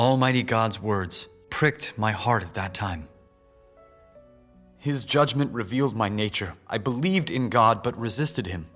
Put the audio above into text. almighty god's words pricked my heart at that time his judgment revealed my nature i believed in god but resisted him